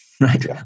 right